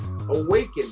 Awaken